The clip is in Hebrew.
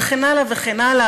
וכן הלאה וכן הלאה,